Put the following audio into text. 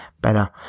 better